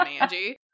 Angie